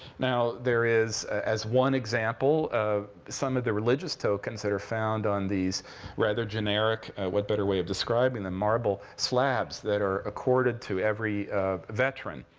now there is, as one example of some of the religious tokens that are found on these rather generic what better way of describing them marble slabs that are accorded to every veteran,